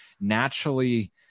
naturally